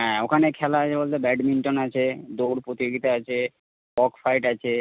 হ্যাঁ ওখানে খেলা আছে বলতে ব্যাডমিন্টন আছে দৌঁড় প্রতিযোগিতা আছে কক ফাইট আছে